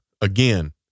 again